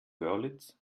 görlitz